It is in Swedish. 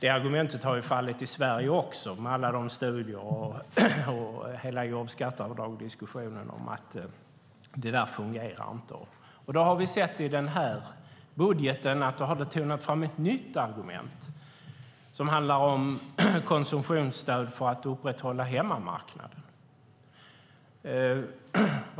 Det har fallit i Sverige också, med alla studier och hela jobbskatteavdragsdiskussionen om att det inte fungerar.